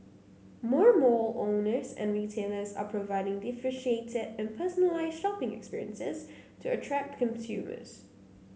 more mall owners and retailers are providing differentiated and personalised shopping experiences to attract consumers